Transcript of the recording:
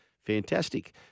Fantastic